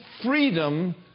freedom